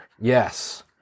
Yes